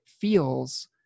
feels